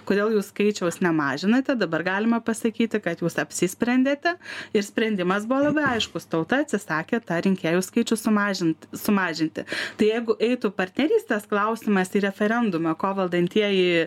kodėl jų skaičiaus nemažinate dabar galima pasakyti kad jūs apsisprendėte ir sprendimas buvo labai aiškus tauta atsisakė tą rinkėjų skaičių sumažint sumažinti tai jeigu eitų partnerystės klausimas į referendumą ko valdantieji